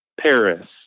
Paris